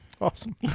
awesome